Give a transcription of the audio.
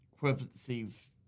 equivalencies